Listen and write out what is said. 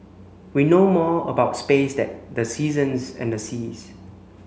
we know more about space than the seasons and the seas